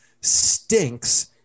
stinks